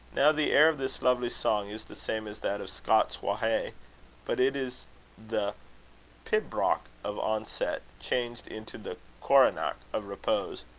now the air of this lovely song is the same as that of scots wha hae but it is the pibroch of onset changed into the coronach of repose,